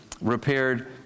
repaired